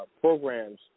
programs